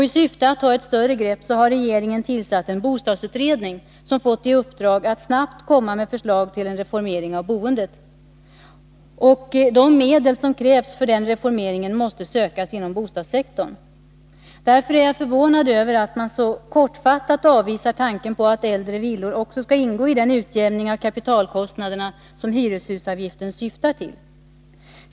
I syfte att ta ett större grepp har regeringen tillsatt en bostadsutredning som fått i uppdrag att snabbt komma med förslag till en reformering av boendet. De medel som krävs för den reformeringen måste sökas inom bostadsektorn. Därför är jag förvånad över att man så kortfattat avvisar tanken på att äldre villor också skall ingå i den utjämning av kapitalkostnaderna som hyreshusavgiften syftar till.